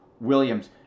Williams